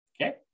Okay